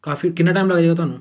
ਕਾਫੀ ਕਿੰਨਾ ਟਾਈਮ ਲੱਗ ਜੇਗਾ ਤੁਹਾਨੂੰ